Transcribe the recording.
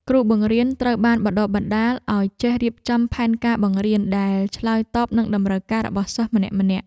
គ្រូបង្រៀនត្រូវបានបណ្តុះបណ្តាលឱ្យចេះរៀបចំផែនការបង្រៀនដែលឆ្លើយតបនឹងតម្រូវការរបស់សិស្សម្នាក់ៗ។